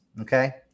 okay